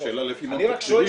השאלה לפי מה מתקצבים,